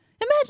Imagine